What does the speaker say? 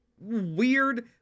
weird